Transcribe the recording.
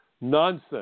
Nonsense